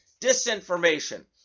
disinformation